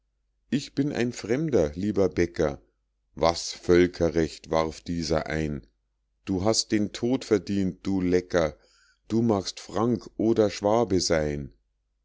ich bin ein fremder lieber bäcker was völkerrecht warf dieser ein du hast den tod verdient du lecker du magst frank oder schwabe seyn